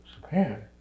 Japan